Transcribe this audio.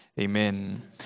Amen